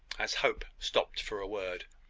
as hope stopped for a word.